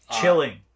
chilling